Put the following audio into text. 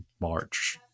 march